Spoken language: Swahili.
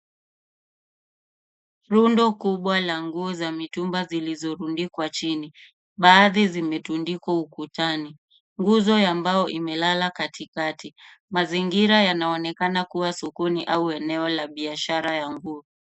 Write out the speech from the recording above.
Rundo kubwa la nguo za mitumba zilizorundikwa chini. Baadhi zimetundikwa ukutani. Nguzo ya mbao imelala katikati. Mazingira yanaonekana kuwa sokoni au eneo la biashara ya nguo.